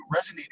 resonated